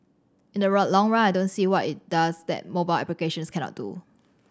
in the run long run I don't see what it does that mobile applications cannot do